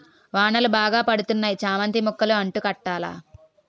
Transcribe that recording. వానలు బాగా పడతన్నాయి చామంతి మొక్కలు అంటు కట్టాల